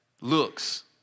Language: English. looks